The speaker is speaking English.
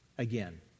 again